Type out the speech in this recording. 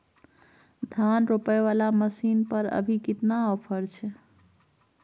धान रोपय वाला मसीन पर अभी केतना ऑफर छै?